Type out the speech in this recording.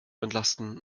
entlasten